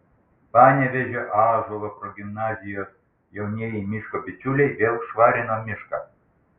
panevėžio ąžuolo progimnazijos jaunieji miško bičiuliai vėl švarino mišką